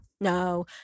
no